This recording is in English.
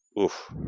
Oof